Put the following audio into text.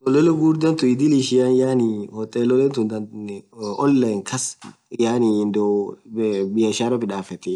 Hotelol ghughurdha tun idhil ishia yaani hotolel tun online kass yaani ndio biashara midhafethi